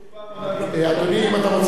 רות בר, אדוני, אם אתה,